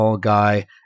Guy